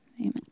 Amen